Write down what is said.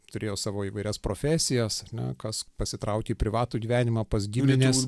turėjo savo įvairias profesijas ar ne kas pasitraukė į privatų gyvenimą pas gimines